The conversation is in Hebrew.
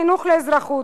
נכשלנו בחינוך לאזרחות,